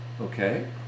Okay